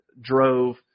drove